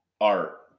art